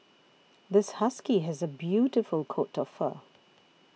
this husky has a beautiful coat of fur